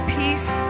peace